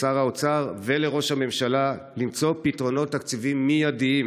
לשר האוצר ולראש הממשלה למצוא פתרונות תקציביים מיידיים